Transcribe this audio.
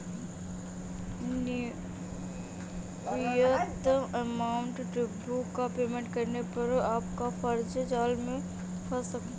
minimum amount due का payment करने पर आप कर्ज के जाल में फंस सकते हैं